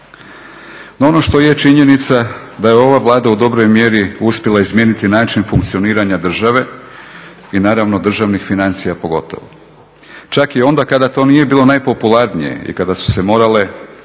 No ono što je činjenica da je ova Vlada u dobroj mjeri uspjela izmijeniti način funkcioniranja države i naravno državnih financija pogotovo čak i onda kada to nije bilo najpopularnije i kada su se morale primijeniti